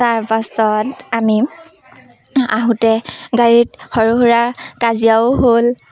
তাৰপাছত আমি আহোঁতে গাড়ীত সৰু সুৰা কাজিয়াও হ'ল